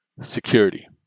security